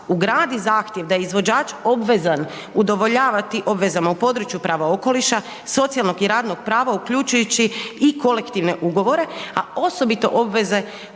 ugradi zahtjev da je izvođač obvezan udovoljavati obvezama u području prava okoliša, socijalnog i radnog prava uključujući i kolektivne ugovore, a osobito obveze